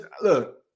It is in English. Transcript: look